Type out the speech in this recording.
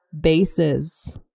bases